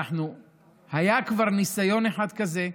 היה כבר ניסיון אחד כזה,